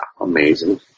Amazing